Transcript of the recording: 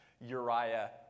Uriah